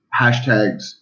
hashtags